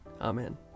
Amen